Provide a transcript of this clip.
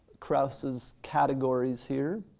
krauss's categories here.